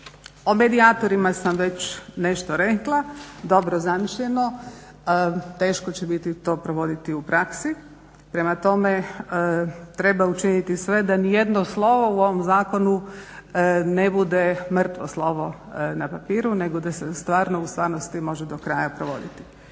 O medijatorima sam već nešto rekla dobro zamišljeno, teško će biti to provoditi u praksi. Prema tome treba učiniti sve da nijedno slovo u ovom zakonu ne bude mrtvo slovo na papiru nego da se stvarno u stvarnosti može do kraja provoditi.